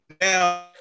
now